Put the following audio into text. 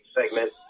segment